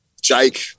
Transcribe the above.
Jake